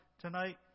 tonight